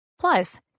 plus